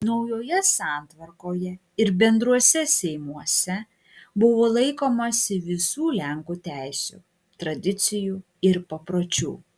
naujoje santvarkoje ir bendruose seimuose buvo laikomasi visų lenkų teisių tradicijų ir papročių